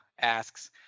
asks